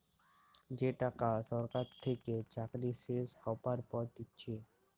যে টাকা সরকার থেকে চাকরি শেষ হ্যবার পর দিচ্ছে